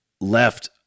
left